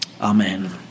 amen